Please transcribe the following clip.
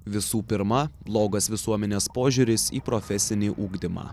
visų pirma blogas visuomenės požiūris į profesinį ugdymą